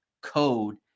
code